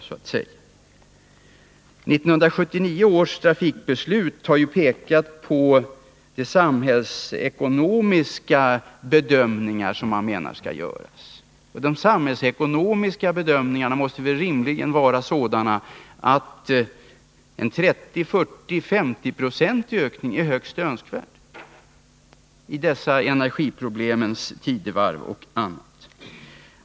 I samband med 1979 års trafikbeslut pekade man på de samhällsekonomiska bedömningar som skall göras. De samhällsekonomiska bedömningarna måste väl rimligen vara sådana att en 30 eller 40 eller 50-procentig ökning av persontrafiken är högst önskvärd i detta energiproblemens tidevarv.